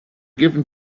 given